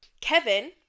Kevin